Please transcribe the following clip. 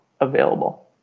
available